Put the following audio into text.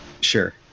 sure